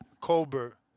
Colbert